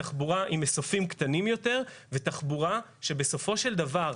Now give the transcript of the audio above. תחבורה עם מסופים קטנים יותר ותחבורה שבסופו של דבר,